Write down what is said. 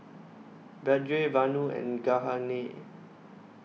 Vedre Vanu and Jahangir